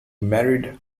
married